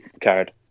card